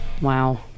Wow